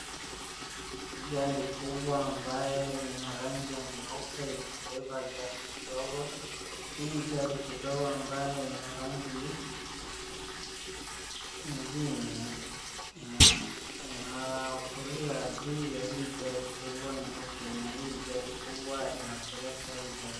Hii gari kubwa ambaye inarangi ya nyeupe inabeba gari kidogo. Hii gari kidogo ambaye inarangi ingine inatulia juu ya hii gari kubwa nyeupe na hii gari kubwa inapeleka hii gari ndogo.